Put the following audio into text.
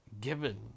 given